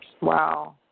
Wow